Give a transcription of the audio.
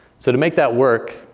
so to make that work,